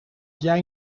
jij